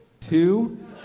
Two